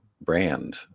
brand